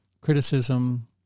criticism